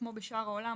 כמו בשאר העולם,